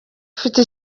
afite